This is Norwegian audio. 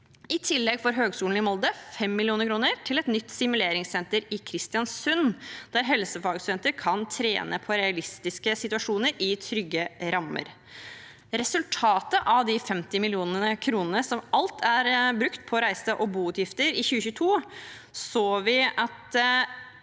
I tillegg får Høgskolen i Molde 5 mill. kr til et nytt simuleringssenter i Kristiansund, der helsefagstudenter kan trene på realistiske situasjoner i trygge rammer. Som resultat av de 50 millioner kronene som alt er brukt på reise- og boutgifter i 2022, så vi at